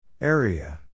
Area